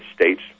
States